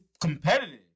competitive